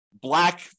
black